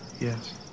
Yes